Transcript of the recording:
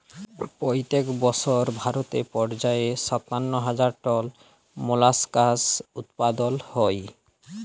পইত্তেক বসর ভারতে পর্যায়ে সাত্তান্ন হাজার টল মোলাস্কাস উৎপাদল হ্যয়